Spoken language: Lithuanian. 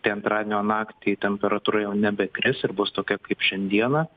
tai antradienio naktį temperatūra jau nebekris ir bus tokia kaip šiandieną